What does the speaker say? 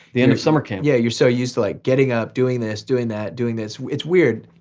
the end of summer camp. yeah, you're so used to like getting up, doing this, doing that, doing this, it's weird.